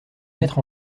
maîtres